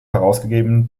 herausgegeben